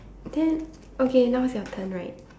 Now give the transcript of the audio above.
then okay now's your turn right